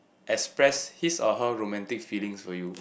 express his or her romantic feelings for you